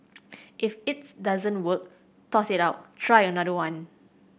if its doesn't work toss it out try another one